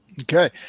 Okay